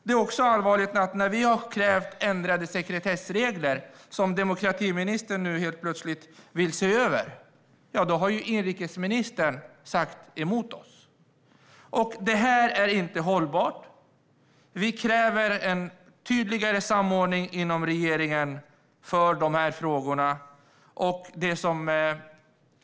Det är också allvarligt att inrikesministern motsatt sig vårt krav på ändrade sekretessregler, något som demokratiministern nu helt plötsligt vill se över. Detta är inte hållbart. Vi kräver en tydligare samordning inom regeringen i dessa frågor.